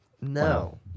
No